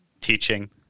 Teaching